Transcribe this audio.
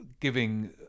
giving